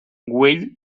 güell